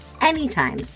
anytime